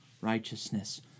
righteousness